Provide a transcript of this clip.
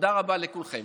תודה רבה לכולכם.